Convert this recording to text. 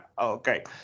Okay